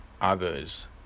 others